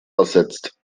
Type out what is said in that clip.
ersetzt